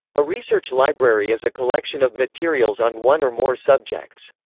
a research library is a collection of materials on one or more subjects.